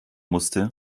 musste